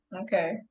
Okay